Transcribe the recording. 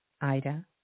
Ida